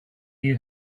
you